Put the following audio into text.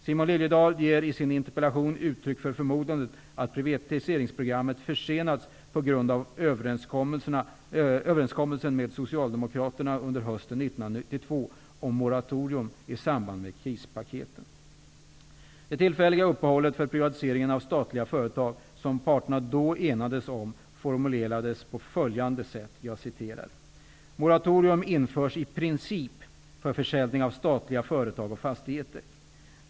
Simon Liliedahl ger i sin interpellation uttryck för förmodandet att privatiseringsprogrammet försenats på grund av överenskommelsen med Det tillfälliga uppehåll för privatiseringen av statliga företag som parterna då enades om formulerades på följande sätt: ''Moratorium införs i princip för försäljning av statliga företag och fastigheter.